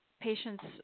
patients